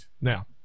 Now